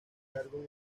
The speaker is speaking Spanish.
cargos